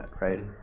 right